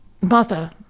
mother